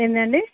ఏంటండీ